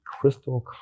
crystal